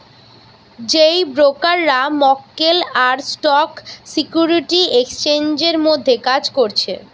যেই ব্রোকাররা মক্কেল আর স্টক সিকিউরিটি এক্সচেঞ্জের মধ্যে কাজ করছে